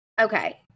Okay